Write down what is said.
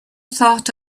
thought